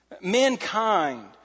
Mankind